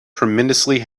tremendously